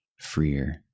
freer